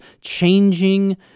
changing